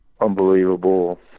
unbelievable